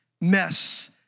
Mess